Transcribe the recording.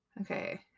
Okay